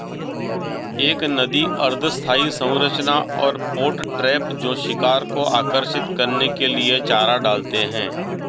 एक नदी अर्ध स्थायी संरचना और पॉट ट्रैप जो शिकार को आकर्षित करने के लिए चारा डालते हैं